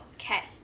Okay